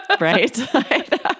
Right